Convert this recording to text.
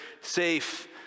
safe